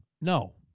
No